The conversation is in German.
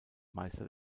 meister